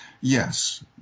Yes